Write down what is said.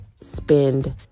spend